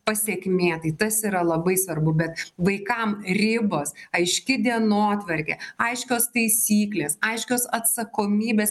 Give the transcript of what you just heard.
pasekmė tai tas yra labai svarbu bet vaikam ribos aiški dienotvarkė aiškios taisyklės aiškios atsakomybės